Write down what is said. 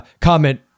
comment